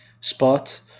spot